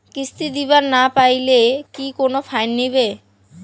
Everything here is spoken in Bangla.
কিস্তি দিবার না পাইলে কি কোনো ফাইন নিবে?